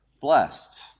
blessed